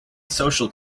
social